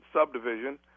subdivision